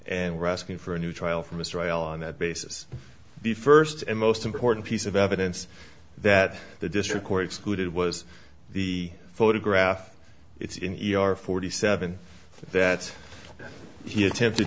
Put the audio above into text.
and we're asking for a new trial for mistrial on that basis the first and most important piece of evidence that the district court excluded was the photograph it's in your forty seven that he attempted